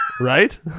Right